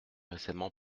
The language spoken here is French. récemment